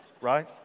right